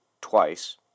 twice